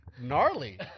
gnarly